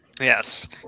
Yes